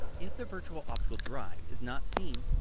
if the virtual optical drive is not seen,